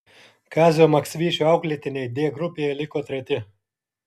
kazio maksvyčio auklėtiniai d grupėje liko treti